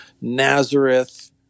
Nazareth